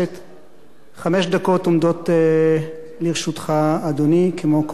חמש דקות עומדות לרשותך, אדוני, כמו כל חבר כנסת.